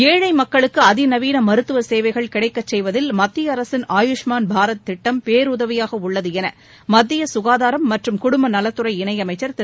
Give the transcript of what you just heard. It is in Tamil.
ஏழை மக்களுக்கு அதிநவீன மருத்துவ சேவைகள் கிடைக்கச் செய்வதில் மத்திய அரசின் ஆயுஷ்மான் பாரத் திட்டம் பேருதவியாக உள்ளது என மத்திய சுகாதாரம் மற்றும் குடும்ப நலத்துறை இணையமைச்சர் திரு